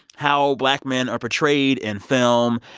how black men are portrayed in film.